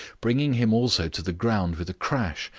bringing him also to the ground with a crash,